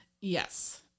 Yes